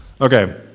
Okay